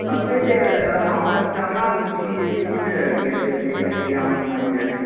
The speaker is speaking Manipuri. ꯑꯗꯨ ꯑꯣꯏꯗꯤ ꯑꯥ ꯃꯥꯄꯜ ꯆꯥꯝꯃꯉꯥꯗꯨ ꯄꯤꯖꯔꯒꯦ ꯑꯗꯨꯗꯤ ꯌꯥꯝ ꯅꯨꯡꯉꯥꯏꯖꯔꯦ